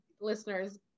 listeners